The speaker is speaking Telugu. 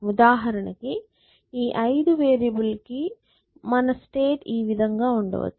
ఉదాహరణకి ఈ 5 వేరియబుల్ లకి మన స్టేట్ ఈ విధంగా ఉండచ్చు